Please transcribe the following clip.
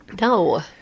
No